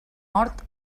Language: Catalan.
hort